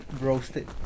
roasted